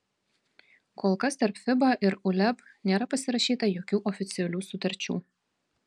kol kas tarp fiba ir uleb nėra pasirašyta jokių oficialių sutarčių